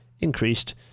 increased